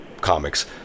comics